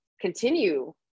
continue